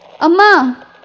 Amma